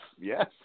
yes